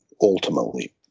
ultimately